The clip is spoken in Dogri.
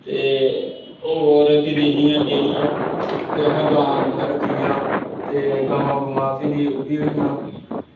ते होर फिर जि'यां डेरी ऐ असें गां गौंआं रक्खी दि'यां ते गवां गूवां फिरी ओह् बी होई गेइयां